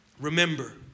Remember